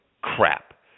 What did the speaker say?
crap